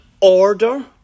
order